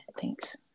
Thanks